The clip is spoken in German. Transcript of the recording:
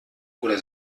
oder